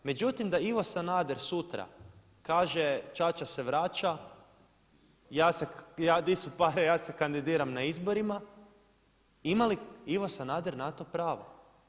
Međutim da Ivo Sanader sutra kaže čača se vraća ja se, di su pare, ja se kandidiram na izborima, ima li Ivo Sanader na to pravo?